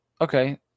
Okay